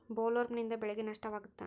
ಬೊಲ್ವರ್ಮ್ನಿಂದ ಬೆಳೆಗೆ ನಷ್ಟವಾಗುತ್ತ?